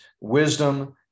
wisdom